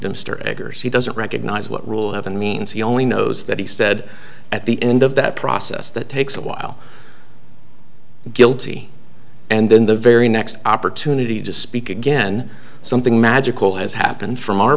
eggers he doesn't recognize what rule have and means he only knows that he said at the end of that process that takes a while guilty and then the very next opportunity to speak again something magical has happened from our